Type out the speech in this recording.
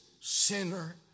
sinner